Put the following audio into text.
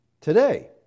Today